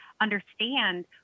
understand